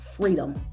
freedom